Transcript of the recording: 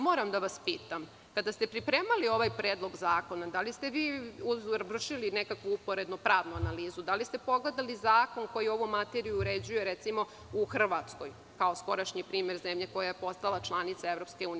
Moram da vas pitam kada ste pripremali ovaj predlog zakona, da li ste vršili nekakvu uporedno pravnu analizu, da li ste pogledali zakon koji ovu materiju uređuje u Hrvatskoj, kao skorašnji primer zemlje koja je postala članica EU?